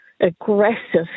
aggressive